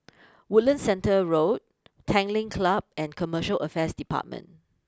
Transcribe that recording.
Woodlands Centre Road Tanglin Club and Commercial Affairs Department